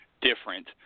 different